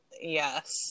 yes